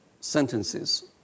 sentences